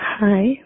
Hi